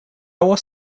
was